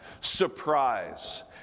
surprise